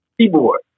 keyboard